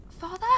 Father